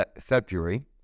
February